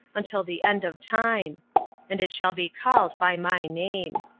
until the end of time and it shall be called by my name.